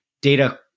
data